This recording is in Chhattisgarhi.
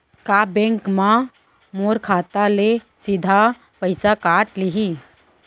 का बैंक मोर खाता ले सीधा पइसा काट लिही?